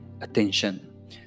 attention